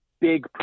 big